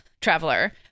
traveler